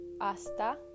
Hasta